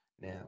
Now